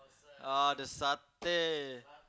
oh the satay